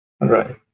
right